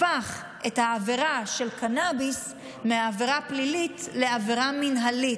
הפך את העבירה של קנביס מעבירה פלילית לעבירה מינהלית.